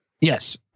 Yes